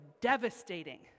devastating